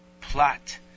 plot